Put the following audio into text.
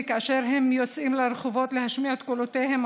וכאשר הם יוצאים לרחובות להשמיע את קולותיהם,